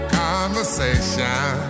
conversation